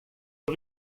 col